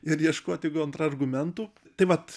ir ieškoti kontrargumentų tai vat